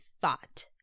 thought